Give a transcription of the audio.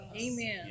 Amen